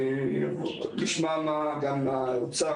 נשמע גם מהאוצר,